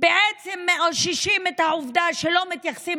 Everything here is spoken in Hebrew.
בעצם מאששים את העובדה שלא מתייחסים